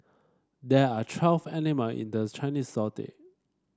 there are twelve animal in the Chinese Zodiac